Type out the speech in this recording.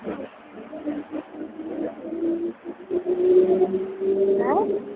हैं